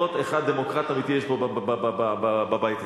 לפחות אחד דמוקרט אמיתי יש פה בבית הזה.